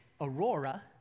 Aurora